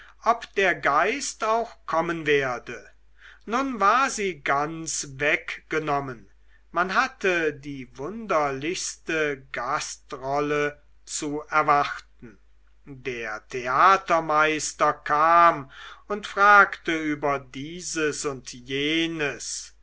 ob der geist auch kommen werde nun war sie ganz weggenommen und man hatte die wunderlichste gastrolle zu erwarten der theatermeister kam und fragte über dieses und jenes